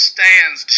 Stands